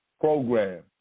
program